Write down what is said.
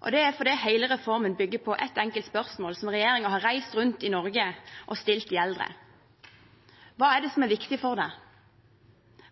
og det er fordi hele reformen bygger på ett enkelt spørsmål som regjeringen har reist rundt i Norge og stilt de eldre: Hva er det som er viktig for deg?